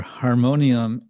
harmonium